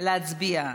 להצביע.